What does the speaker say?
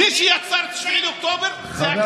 מי שיצר את 7 באוקטובר זה הכיבוש, לא